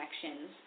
connections